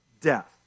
death